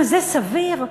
זה סביר?